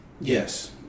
yes